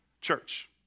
church